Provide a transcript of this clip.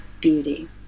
beauty